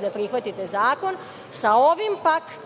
da prihvatite zakon. Sa ovim pak